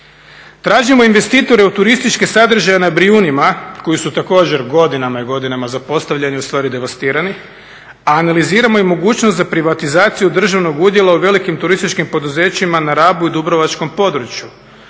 Tražimo investitore u turističke sadržaje na Brijunima koji su također godinama i godinama zapostavljeni, ustvari devastirani, a analiziramo i mogućnost za privatizaciju državnog udjela u velikim turističkim poduzećima na Rabu i dubrovačkom području,